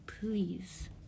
please